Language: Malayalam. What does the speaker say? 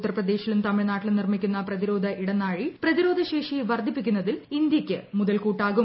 ഉത്തർപ്രദേശിലും തമിഴ്ന്നാട്ടിലും നിർമ്മിക്കുന്ന പ്രതിരോധ ഇടനാഴി പ്രതിരോധശേഷി വർദ്ധിപ്പിക്കുന്നതിൽ ഇന്ത്യയ്ക്ക് മുതൽ കൂട്ടാകും